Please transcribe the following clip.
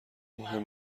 مهم